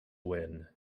win